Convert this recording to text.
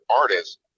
artists